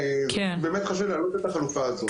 באמת חשוב להעלות את החלופה הזאת.